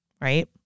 right